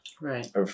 right